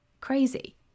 Crazy